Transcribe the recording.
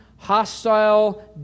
hostile